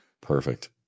Perfect